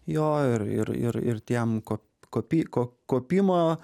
jo ir ir ir tiem ko kopy ko kopimo